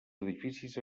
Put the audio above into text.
edificis